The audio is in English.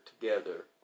together